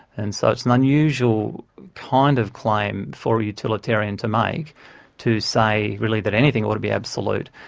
and so it's an unusual kind of claim for a utilitarian to make to say, really, that anything ought to be absolute,